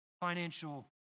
financial